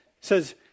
says